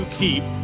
keep